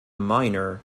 miner